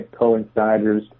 coinciders